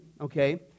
okay